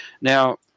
Now